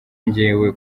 njyewe